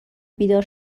بیدار